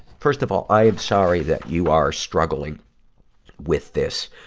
first of all, i am sorry that you are struggling with this.